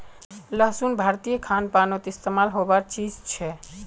लहसुन भारतीय खान पानोत इस्तेमाल होबार चीज छे